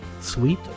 Sweet